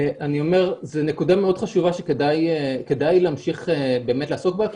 אני אומר שזו נקודה מאוד חשובה שכדאי להמשיך באמת לעסוק בה,